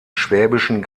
schwäbischen